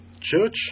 church